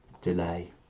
delay